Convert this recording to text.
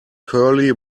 curly